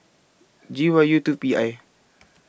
G Y U two P I